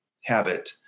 habit